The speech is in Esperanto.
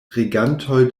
regantoj